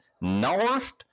North